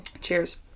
Cheers